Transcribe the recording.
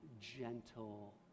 gentle